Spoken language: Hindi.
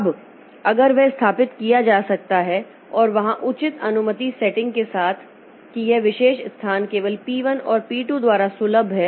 अब अगर वह स्थापित किया जा सकता है और वहां उचित अनुमति सेटिंग के साथ कि यह विशेष स्थान केवल पी 1 और पी 2 द्वारा सुलभ है